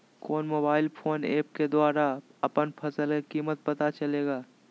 कौन mobile phone app के द्वारा अपन फसल के कीमत पता चलेगा?